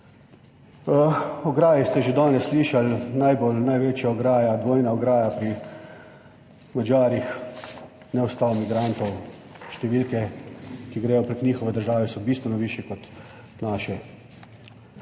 O ograji ste že danes slišali, najbolj največja ograja, dvojna ograja pri Madžarih ne ustavi migrantov. Številke, ki gredo preko njihove države so bistveno višje kot naše.